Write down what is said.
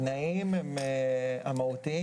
התנאים המהותיים,